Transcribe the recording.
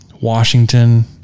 Washington